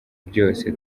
byose